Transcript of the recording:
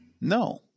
No